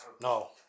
No